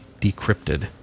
decrypted